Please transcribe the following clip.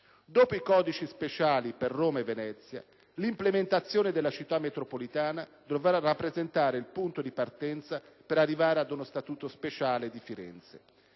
Dopo i codici speciali per Roma e Venezia, l'implementazione della città metropolitana dovrà rappresentare il punto di partenza per arrivare ad uno statuto speciale di Firenze.